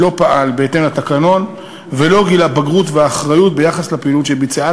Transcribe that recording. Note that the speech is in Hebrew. לא פעל בהתאם לתקנון ולא גילה בגרות ואחריות ביחס לפעילות שביצע.